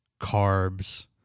carbs